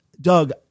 Doug